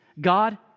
God